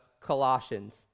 Colossians